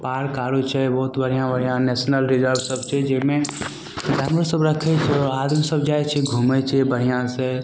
park आरो छै बहुत बढ़िआँ बढ़िआँ नेशनल रिजॉर्ट सभ छै जाहिमे जानवर सभ रखय छै आओर आदमी सभ जाइ छै घुमय छै बढ़िआँसँ